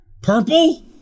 Purple